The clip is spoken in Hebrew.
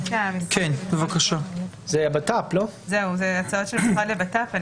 זאת הצעה של משרד הבט"פ,